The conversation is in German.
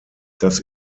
dass